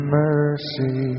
mercy